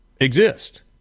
exist